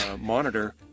monitor